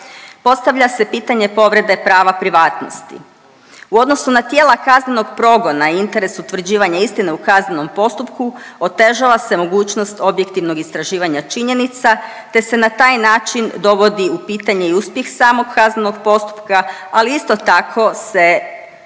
postavlja se pitanje povrede prava privatnosti. U odnosu na tijela kaznenog progona i interes utvrđivanja istine u kaznenom postupku, otežava se mogućnost objektivnog istraživanja činjenica te se na taj način dovodi u pitanje i uspjeh samog kaznenog postupka ali isto tako se